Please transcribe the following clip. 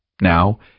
Now